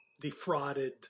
defrauded